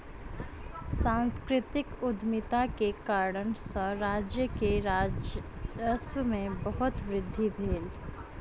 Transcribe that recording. सांस्कृतिक उद्यमिता के कारणेँ सॅ राज्य के राजस्व में बहुत वृद्धि भेल